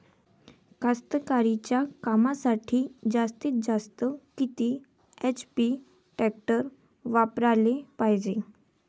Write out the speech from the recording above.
कास्तकारीच्या कामासाठी जास्तीत जास्त किती एच.पी टॅक्टर वापराले पायजे?